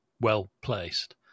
well-placed